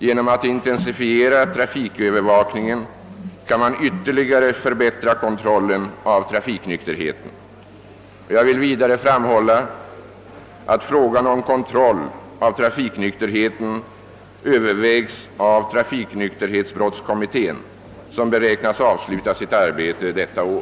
Genom att intensifiera trafikövervakningen kan man ytterligare förbättra kontrollen av trafiknykterheten. Vidare vill jag framhålla, att frågan om kontroll av trafiknykterheten övervägs av trafiknykterhetsbrottskommittén, som beräknas avsluta sitt arbete detta år.